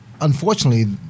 unfortunately